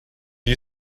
you